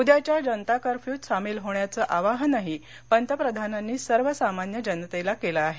उद्याच्या जनता करफ्यूत सामील होण्याचं आवाहनही पंतप्रधानांनी सर्वसामान्य जनतेला केलं आहे